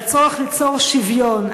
על הצורך ליצור שוויון,